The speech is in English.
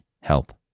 help